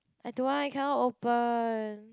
I don't want I cannot open